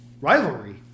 Rivalry